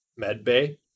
medBay